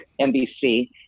NBC